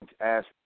ask